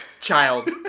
child